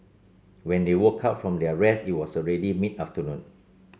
when they woke up from their rest it was already mid afternoon